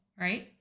Right